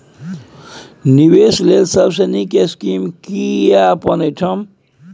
निवेश लेल सबसे नींक स्कीम की या अपन उठैम?